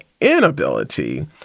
inability